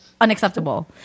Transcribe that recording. unacceptable